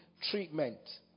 treatment